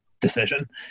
decision